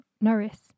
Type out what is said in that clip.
Norris